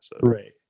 right